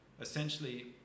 essentially